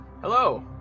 Hello